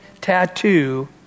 tattoo